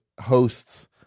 hosts